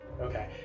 Okay